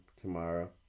tomorrow